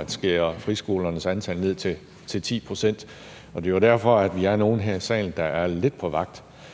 at skære friskolernes antal ned til 10 pct., og det er derfor, vi er nogle her i salen, der er lidt på vagt.